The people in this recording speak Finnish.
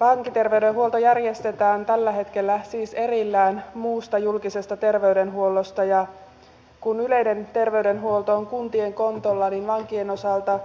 vankiterveydenhuolto järjestetään tällä hetkellä erillään muusta julkisesta terveydenhuollosta ja kun yleinen terveydenhuolto on kuntien kontolla niin vankien osalta